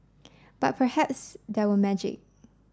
but perhaps there were magic